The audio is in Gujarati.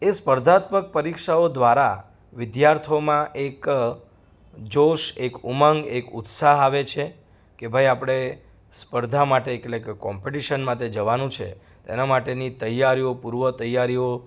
એ સ્પર્ધાત્મક પરીક્ષાઓ દ્વારા વિદ્યાર્થીઓમાં એક જોશ એક ઉમંગ એક ઉત્સાહ આવે છે કે ભાઈ આપણે સ્પર્ધા માટે એટલે કે કોમ્પિટિશન માટે જવાનું છે તેના માટેની તૈયારીઓ પૂર્વ તૈયારીઓ